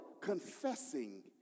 confessing